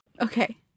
Okay